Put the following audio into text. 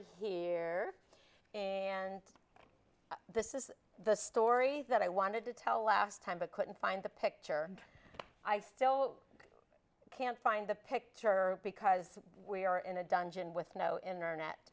here and this is the story that i wanted to tell last time but couldn't find the picture i still i can't find the picture because we are in a dungeon with no internet